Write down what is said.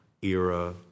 era